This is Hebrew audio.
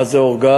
מה זה אורגן?